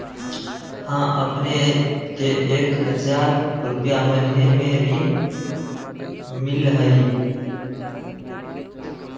हां अपने के एक हजार रु महीने में ऋण मिलहई?